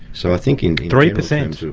so i think in. three per cent?